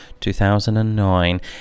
2009